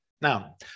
Now